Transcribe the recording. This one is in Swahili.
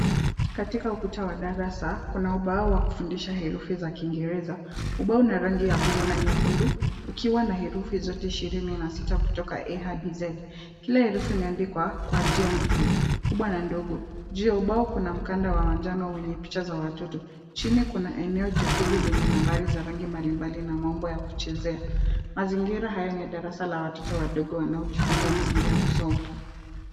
Katika ukuta wa darasa, kuna ubao wa kufundisha herufi za Kiingereza. Ubao na rangi ya bluu na nyekundu ikiwa na herufi zote ishirini na sita kutoka A hadi Z. Kila herufi imeandikwa kwa njia mbili, kubwa na ndogo. Je, ubao kuna mkanda wa manjano wenye picha za watoto. Chini kuna eneo jekundu lenye nambari za rangi mbalimbali na maombo ya kuchezea. Mazingira haya ni ya darasa la watoto wadogo wanaojifunza msingi ya kusoma.